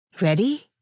Ready